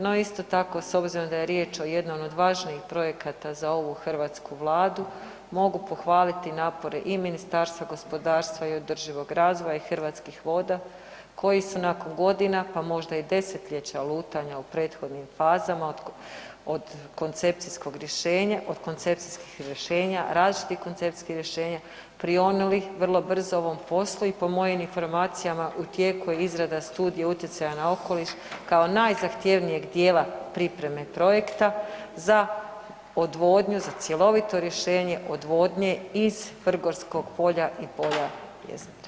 No isto tako s obzirom da je riječ o jednom od važnijih projekata za ovu hrvatsku vladu mogu pohvaliti napore i Ministarstva gospodarstva i održivog razvoja i Hrvatskih voda koji su nakon godina, pa možda i desetljeća lutanja u prethodnim fazama od koncepcijskog rješenja, od koncepcijskih rješenja, različitih koncepcijskih rješenja, prionuli vrlo brzo ovom poslu i po mojim informacijama u tijeku je izrada studije utjecaja na okoliš kao najzahtjevnijeg dijela pripreme projekta za odvodnju, za cjelovito rješenje odvodnje iz vrgorskog polja i polja … [[Govornik se ne razumije]] Hvala vam.